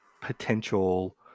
Potential